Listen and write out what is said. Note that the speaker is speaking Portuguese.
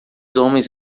homens